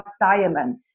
diamond